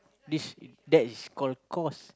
this that is called course